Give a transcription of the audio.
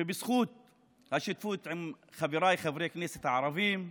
ובזכות השותפות עם חבריי חברי הכנסת הערבים,